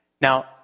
now